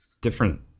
different